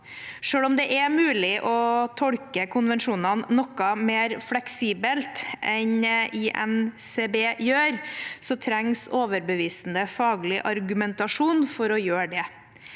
Selv om det er mulig å tolke konvensjonene noe mer fleksibelt enn INCB gjør, trengs det overbevisende faglig argumentasjon for å gjøre det.